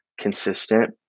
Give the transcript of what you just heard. consistent